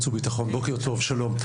בוקר טוב, שלום.